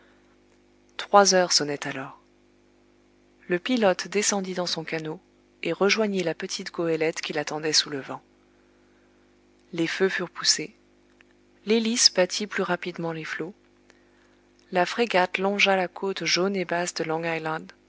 trois heures sonnaient alors le pilote descendit dans son canot et rejoignit la petite goélette qui l'attendait sous le vent les feux furent poussés l'hélice battit plus rapidement les flots la frégate longea la côte jaune et basse de